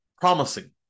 Promising